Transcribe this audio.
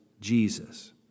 Jesus